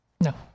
No